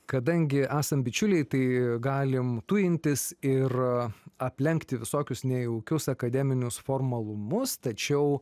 kadangi esam bičiuliai tai galim tujintis ir aplenkti visokius nejaukius akademinius formalumus tačiau